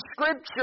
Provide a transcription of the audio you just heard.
Scripture